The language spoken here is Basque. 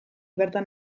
bertan